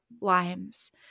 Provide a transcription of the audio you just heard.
limes